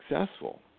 successful